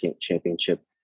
championship